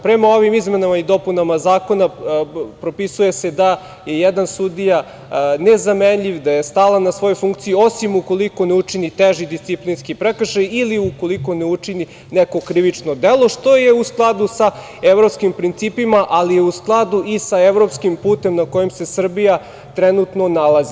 Prema ovim izmenama i dopunama zakona, propisuje se da je jedan sudija nezamenjiv, da je stalan na svojoj funkciji, osim ukoliko ne učini teži disciplinski prekršaj ili ukoliko ne učini neko krivično delo, što je u skladu sa evropskim principima, ali je u skladu i sa evropskim putem na kojem se Srbija trenutno nalazi.